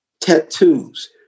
tattoos